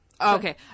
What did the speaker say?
okay